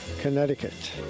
Connecticut